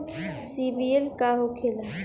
सीबील का होखेला?